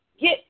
get